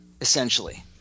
essentially